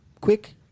Quick